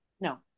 no